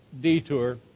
detour